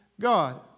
God